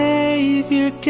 Savior